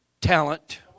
talent